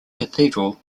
cathedral